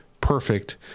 perfect